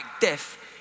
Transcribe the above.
death